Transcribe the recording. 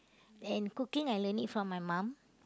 and cooking I learn it from my mom